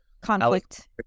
conflict